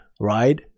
right